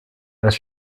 als